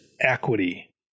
equity